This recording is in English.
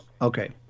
Okay